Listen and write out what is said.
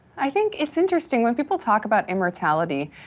i think it's interesting. when people talk about immortality,